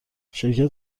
شرکت